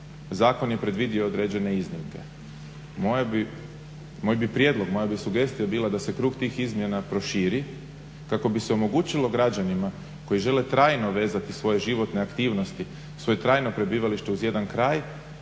zakon je predvidio određene iznimke. Moj bi prijedlog, moja bi sugestija bila da se krug tih izmjena proširi kako bi se omogućilo građanima koji žele trajno vezati svoje životne aktivnosti, svoje trajno prebivalište uz jedan kraj,